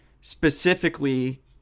Specifically